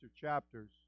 chapters